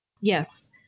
Yes